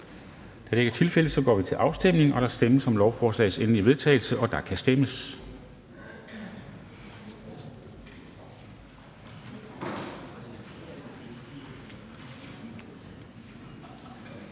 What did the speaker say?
Det er der ikke. Så går vi til afstemning, og der stemmes om lovforslagets endelige vedtagelse, eller er der